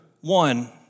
one